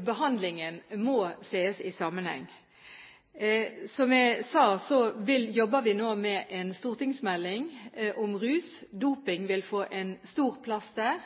behandlingen må ses i sammenheng. Som jeg sa, jobber vi nå med en stortingsmelding om rus. Doping vil få en stor plass der.